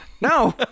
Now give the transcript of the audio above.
No